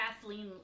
Kathleen